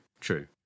true